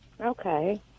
Okay